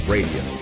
Radio